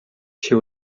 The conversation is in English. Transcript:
she